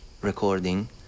recording